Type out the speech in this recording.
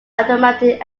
automatic